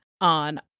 on